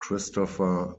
christopher